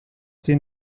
sie